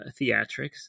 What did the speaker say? theatrics